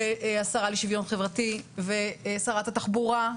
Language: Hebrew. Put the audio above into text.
והשרה לשוויון חברתי ושרת התחבורה,